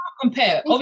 compare